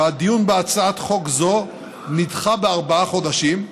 והדיון בהצעת חוק זאת נדחה בארבעה חודשים,